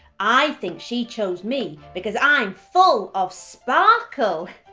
i think she chose me because i'm full of sparkle.